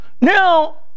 Now